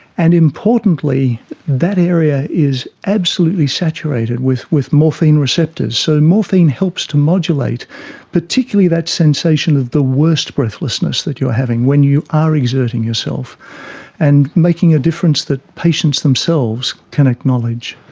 and importantly that area is absolutely saturated with with morphine receptors. so morphine helps to modulate particularly that sensation of the worst breathlessness that you are having when you are exerting yourself and making a difference that patients themselves can acknowledge.